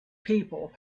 people